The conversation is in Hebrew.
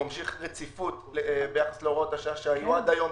הוא ממשיך רציפות בייחס להוראות השעה שהיו עד היום,